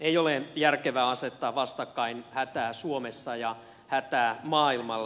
ei ole järkevää asettaa vastakkain hätää suomessa ja hätää maailmalla